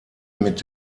mit